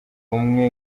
umwe